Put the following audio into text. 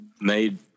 made